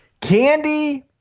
Candy